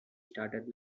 started